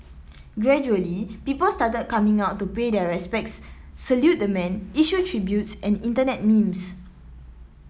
gradually people started coming out to pay their respects salute the man issue tributes and Internet memes